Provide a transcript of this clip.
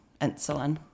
insulin